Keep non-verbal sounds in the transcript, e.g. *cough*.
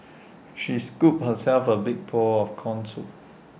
*noise* she scooped herself A big pawl of Corn Soup